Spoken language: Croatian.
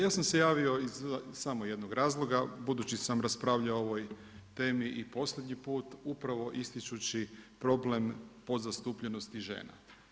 Ja sam se javio iz samo jednog razloga, budući sam raspravljao o ovoj temi i posljednji put upravo ističući problem podzastupljenosti žena.